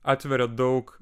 atveria daug